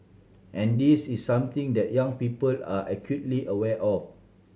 and this is something that young people are acutely aware of